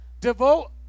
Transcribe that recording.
Devote